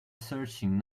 searching